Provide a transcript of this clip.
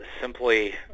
simply